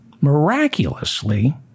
miraculously